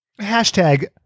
Hashtag